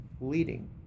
leading